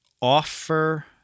offer